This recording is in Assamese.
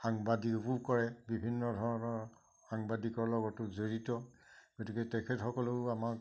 সাংবাদিকো কৰে বিভিন্ন ধৰণৰ সাংবাদিকৰ লগতো জড়িত গতিকে তেখেতসকলেও আমাক